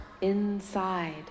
inside